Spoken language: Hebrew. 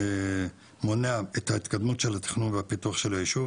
מונע את התקדמות התכנון ופיתוח של הישוב,